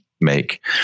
make